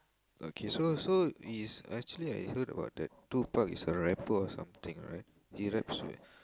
okay so so he is actually I heard about that two park is a rapper or something right he raps with